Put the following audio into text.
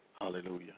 Hallelujah